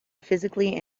physically